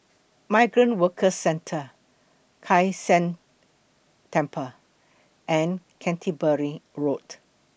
Migrant Workers Centre Kai San Temple and Canterbury Road